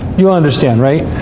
you understand, right?